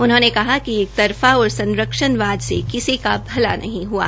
उन्होंने कहा कि एकतरफा और संरक्षणवाद से किसी का भला नहीं हुआ